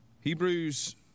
Hebrews